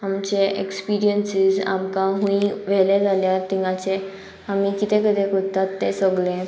आमचे एक्सपिरियन्सीस आमकां हूंय व्हेले जाल्यार तिंगाचे आमी कितें कितें करतात ते सोगले